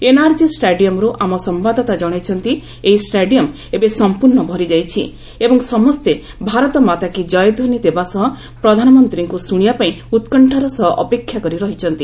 NRG ଷ୍ଟାଡିୟମରୁ ଆମ ସମ୍ଭାଦଦାତା ଜଣାଇଛନ୍ତି ଏହି ଷ୍ଟାଡିୟମ ଏବେ ସମ୍ପର୍ଷ ଭରି ଯାଇଛି ଏବଂ ସମସ୍ତେ 'ଭାରତ ମାତା କି ଜୟ ଧ୍ୱନି ଦେବା ସହ ପ୍ରଧାନମନ୍ତ୍ରୀଙ୍କୁ ଶୁଶିବା ପାଇଁ ଉତ୍କଶାର ସହ ଅପେକ୍ଷା କରି ରହିଛନ୍ତି